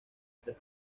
tres